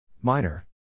Minor